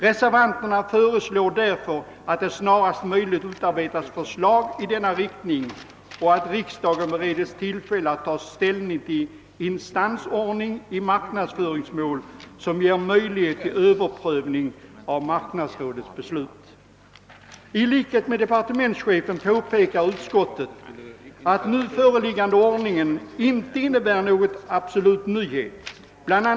Reservanterna föreslår därför att det snarast möjligt utarbetas förslag i denna riktning och att riksdagen beredes tillfälle att ta ställning till instansordning i marknadsföringsmål som ger möjlighet till överprövning av marknadsrådets beslut. I likhet med <departementschefen framhåller utskottet att den nu föreslagna ordningen inte innebär någon absolut nyhet. Bl.